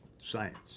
science